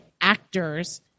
actors